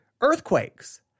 earthquakes